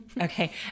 okay